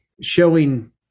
showing